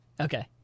Okay